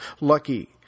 lucky